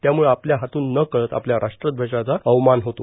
त्यामुळे आपल्या हातून न न कळत आपल्या राष्ट्रध्वजाचा अवमान होतो